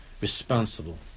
responsible